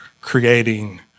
creating